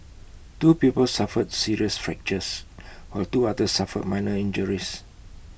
two people suffered serious fractures while two others suffered minor injuries